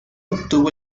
obtuvo